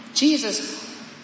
Jesus